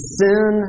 sin